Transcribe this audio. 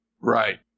Right